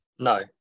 No